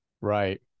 Right